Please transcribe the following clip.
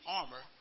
armor